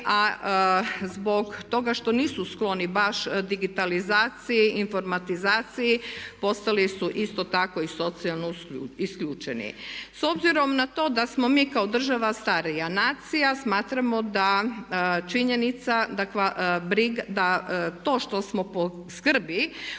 a zbog toga što nisu skloni baš digitalizaciji i informatizaciji postali su isto tako i socijalno isključeni. S obzirom na to da smo mi kao država starija nacija smatramo da činjenica da to što smo po skrbi o